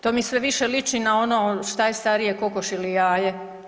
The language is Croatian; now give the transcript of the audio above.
To mi sve više liči na ono što je starije kokoš ili jaje.